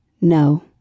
No